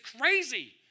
crazy